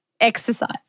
exercise